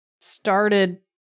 started